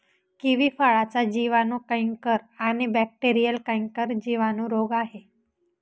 kiwi फळाचा जिवाणू canker आणि बॅक्टेरीयल कैंकर जिवाणू रोग आहे